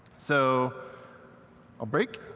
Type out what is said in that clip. so i'll break.